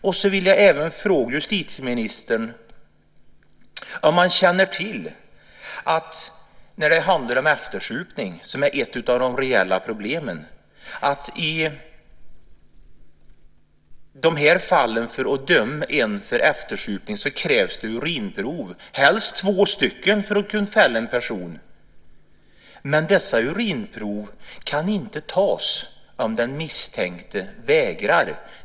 Jag vill även fråga justitieministern om han känner till att när det handlar om eftersupning, som är ett av de reella problemen i de här fallen, krävs det urinprov för att man ska kunna döma en person för eftersupning - helst två, för att kunna fälla. Men dessa urinprov kan inte tas om den misstänkte vägrar.